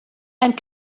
and